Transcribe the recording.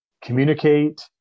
communicate